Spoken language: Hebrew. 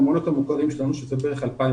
למעונות המוכרים שלנו שהם בערך 2,000